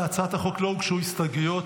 להצעת החוק לא הוגשו הסתייגויות,